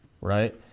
right